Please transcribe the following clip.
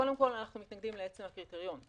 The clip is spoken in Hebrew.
קודם כל אנחנו מתנגדים לעצם הקריטריון.